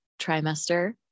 trimester